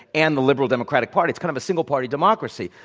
and the liberal democratic party. it's kind of a single party democracy.